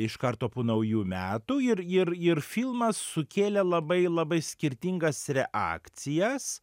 iš karto po naujų metų ir ir ir filmas sukėlė labai labai skirtingas reakcijas